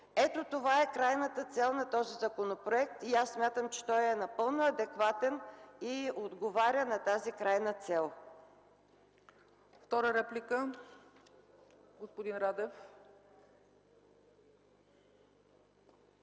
Ето това е крайната цел на този законопроект и аз смятам, че той е напълно адекватен и отговаря на тази крайна цел.